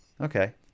okay